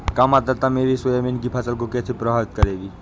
कम आर्द्रता मेरी सोयाबीन की फसल को कैसे प्रभावित करेगी?